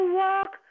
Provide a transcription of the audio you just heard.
walk